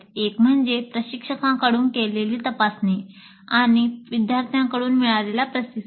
एक म्हणजे प्रशिक्षकाकडून केलेली तपासणी आणि विद्यार्थ्यांकडून मिळालेला प्रतिसाद